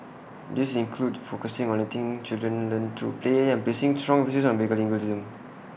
these include focusing on letting children learn through play and placing strong emphasis on bilingualism